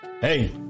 hey